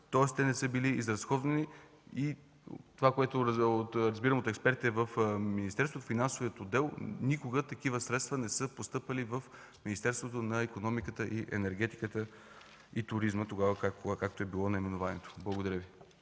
млн. лв. не са били разходвани. Това, което разбирам от експертите в министерството, Финансовият отдел – никога такива средства не са постъпвали в Министерството на икономиката, енергетиката и туризма, както тогава е било наименованието. Благодаря Ви.